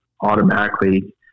automatically